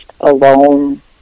alone